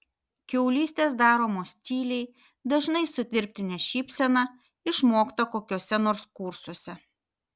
kiaulystės daromos tyliai dažnai su dirbtine šypsena išmokta kokiuose nors kursuose